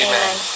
Amen